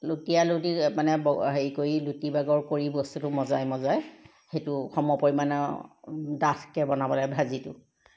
লুটিয়া লুটি মানে হেৰি কৰি লুটি বাগৰ কৰি বস্তুটো মজাই মজাই সেইটো সমপৰিমাণৰ ডাঠকৈ বনাব লাগে ভাজিটো